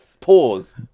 pause